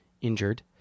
injured